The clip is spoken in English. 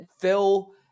Phil